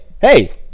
hey